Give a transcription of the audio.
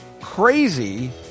crazy